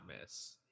miss